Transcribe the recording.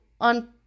on